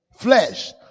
Flesh